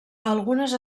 algunes